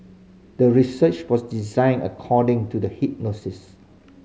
the research was designed according to the hypothesis